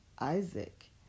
Isaac